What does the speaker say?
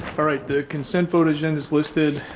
all right. the consent photogenic is listed.